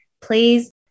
please